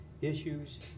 issues